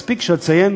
מספיק שאציין